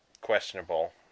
questionable